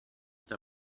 der